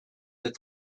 that